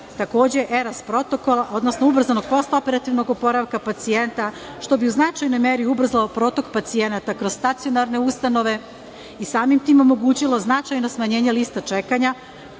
takođe ERAS protokola, odnosno ubrzanog postoperativnog oporavka pacijenta, što bi u značajnoj meri ubrzao protok pacijenata kroz stacionare ustanove i samim tim omogućilo značajna smanjenja lista čekanja,